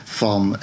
van